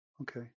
Okay